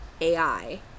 AI